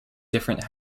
different